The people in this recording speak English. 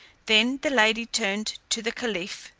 then the lady turned to the caliph,